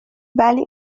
ولی